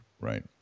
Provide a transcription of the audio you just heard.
Right